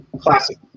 classic